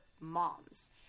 moms